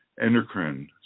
endocrine